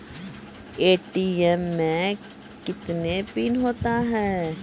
ATM मे कितने PIN होता हैं?